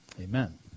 amen